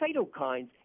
cytokines